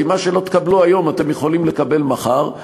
כי מה שלא תקבלו היום אתם יכולים לקבל מחר,